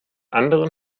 anderen